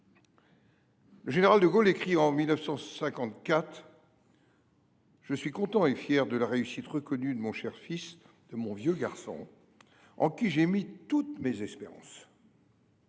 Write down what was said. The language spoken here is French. Le général de Gaulle écrit en 1954 :« Je suis content et fier de la réussite reconnue de mon cher fils, de mon vieux garçon, en qui j’ai mis toutes mes espérances. »